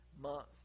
month